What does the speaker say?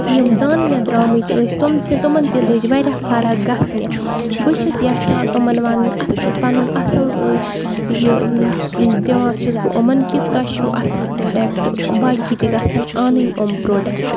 یِم دانہٕ مےٚ درٛامٕتۍ ٲسۍ تِم تہِ تِمَن تہِ لٔج واریاہ فَرق گژھنہِ بہٕ چھس یَژھان یِمَن وَنُن اَصٕل پَنُن اَصٕل یہِ دِوان چھِس بہٕ یِمَن کہِ تۄہہِ چھُ اَصٕل پرٛوڈَکٹ باقی تہِ گژھن آنٕنۍ یِم پرٛوڈَٮ۪کٹ